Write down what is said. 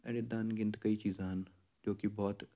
ਅਰ ਇੱਦਾਂ ਅਣਗਿਣਤ ਕਈ ਚੀਜ਼ਾਂ ਹਨ ਜੋ ਕਿ ਬਹੁਤ